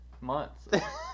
months